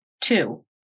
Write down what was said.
Two